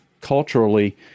culturally